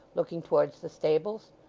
looking towards the stables.